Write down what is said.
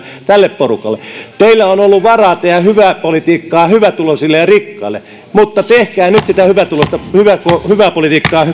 tälle porukalle teillä on ollut varaa tehdä hyvää politiikkaa hyvätuloisille ja rikkaille mutta tehkää nyt sitä hyvää politiikkaa